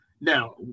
Now